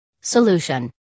Solution